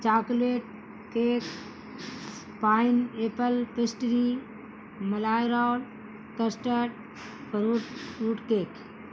chocolate cake pineapple pastry ملائرڈ custard fruit fruit cake